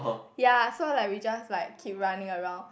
yea so like we just like keep running around